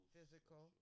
Physical